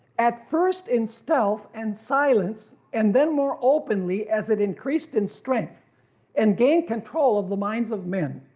at first in stealth and silence, and then more openly as it increased in strength and gained control of the minds of men,